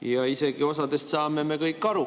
me isegi saame kõik aru,